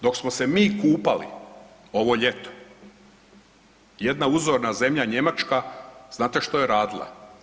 Dok smo se mi kupali ovo ljeto, jedna uzorna zemlja Njemačka, znate što je radila?